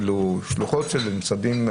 אפילו שלוחות של משרדים,